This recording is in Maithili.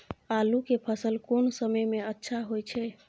आलू के फसल कोन समय में अच्छा होय छै?